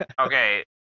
okay